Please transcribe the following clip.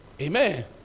amen